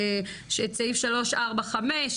את סעיף 345,